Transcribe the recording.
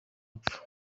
rupfu